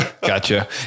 Gotcha